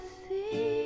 see